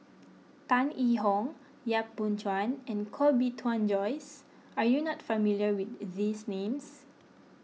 Tan Yee Hong Yap Boon Chuan and Koh Bee Tuan Joyce are you not familiar with these names